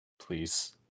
Please